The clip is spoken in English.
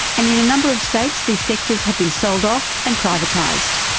and in a number of states these sectors have been sold off and privatised.